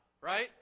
right